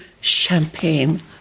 champagne